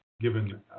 given